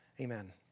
Amen